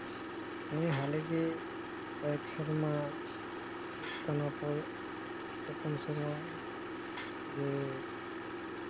ᱱᱮ ᱦᱟᱞᱮᱜᱮ ᱠᱚᱭᱮᱠ ᱥᱮᱨᱢᱟ ᱦᱩᱭᱩᱜ ᱠᱟᱱᱟ ᱯᱮ ᱯᱩᱱ ᱥᱮᱨᱢ ᱟ ᱨᱮ